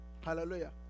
Hallelujah